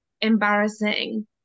embarrassing